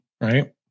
right